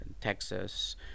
texas